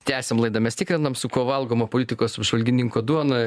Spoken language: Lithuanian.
tęsiam laidą mes tikrinam su kuo valgoma politikos apžvalgininko duona